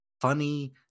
funny